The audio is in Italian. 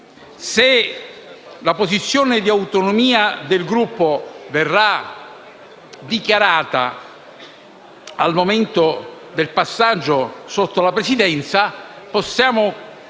Se la posizione di autonomia del Gruppo verrà dichiarata al momento del passaggio sotto il banco della Presidenza, possiamo